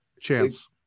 chance